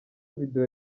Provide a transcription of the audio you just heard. video